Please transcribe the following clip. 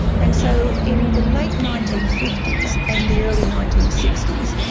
and so in the late nineteen fifty s and the early nineteen sixty s,